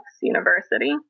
University